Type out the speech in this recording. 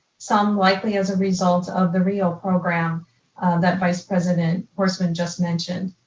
some likely as a result of the rio program that vice president horstman just mentioned.